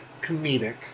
comedic